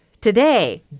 today